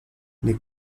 les